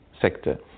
sector